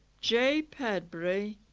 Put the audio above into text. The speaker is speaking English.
j padbury,